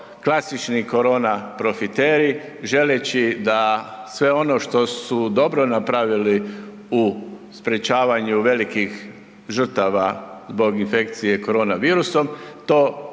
klasični korona profiteri želeći da sve ono što su dobro napravili u sprječavanju velikih žrtava zbog infekcije korona virusom, to pripoje